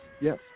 yes